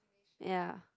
ya